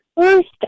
first